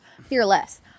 Fearless